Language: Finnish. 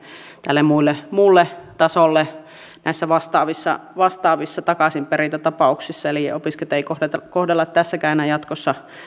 tälle muulle muulle tasolle näissä vastaavissa vastaavissa takaisinperintätapauksissa eli opiskelijoita ei kohdella tässäkään enää jatkossa